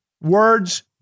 Words